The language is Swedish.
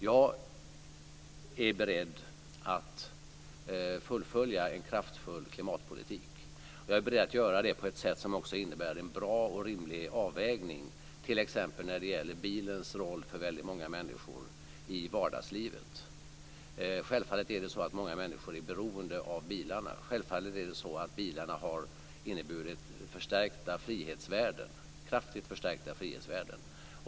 Jag är beredd att fullfölja en kraftfull klimatpolitik. Jag är beredd att göra det på ett sätt som också innebär en bra och rimlig avvägning t.ex. när det gäller bilens roll för väldigt många människor i vardagslivet. Självfallet är det så att väldigt många människor är beroende av bilen, och självfallet har bilarna inneburit kraftigt förstärkta frihetsvärden.